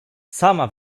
sama